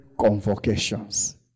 convocations